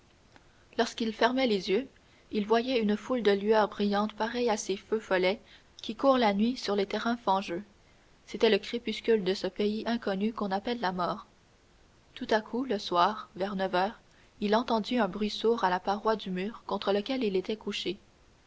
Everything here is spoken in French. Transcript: lorsqu'il fermait les yeux il voyait une foule de lueurs brillantes pareilles à ces feux follets qui courent la nuit sur les terrains fangeux c'était le crépuscule de ce pays inconnu qu'on appelle la mort tout à coup le soir vers neuf heures il entendit un bruit sourd à la paroi du mur contre lequel il était couché